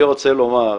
אני רוצה לומר,